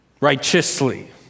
Righteously